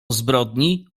zbrodni